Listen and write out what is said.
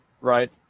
right